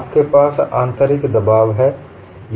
आपके पास आंतरिक दबाव है और